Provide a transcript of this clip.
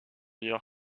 divers